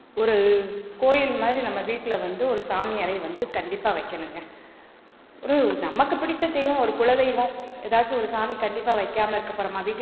ஒரு கோயில் மாதிரி நம்ம வீட்டில வந்து ஒரு சாமி அறை வந்து கண்டிப்பாக வைக்கணுங்க ஒரு நமக்கு பிடித்த தெய்வம் ஒரு குல தெய்வம் ஏதாச்சும் ஒரு சாமி கண்டிப்பாக வைக்காம இருக்கப் போகிறோமா வீட்டில